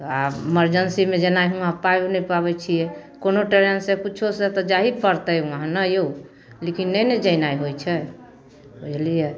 आओर इमरजेन्सीमे जेनाकि हमरा पार नहि पबै छिए कोनो ट्रेन से किछु से तऽ जाहि पड़तै वहाँ ने यौ लेकिन नहि ने जेनाइ होइ छै बुझलिए